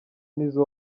nizzo